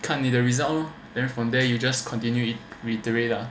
看你的 result lor then from there you just continue it reiterate lah